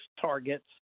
targets